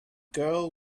girl